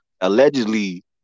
allegedly